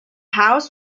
house